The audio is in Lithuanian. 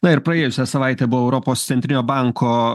na ir praėjusią savaitę buvo europos centrinio banko